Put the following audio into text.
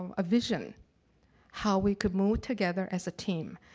um a vision how we can move together as a team.